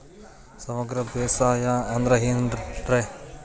ಸಮಗ್ರ ಬೇಸಾಯ ಅಂದ್ರ ಏನ್ ರೇ?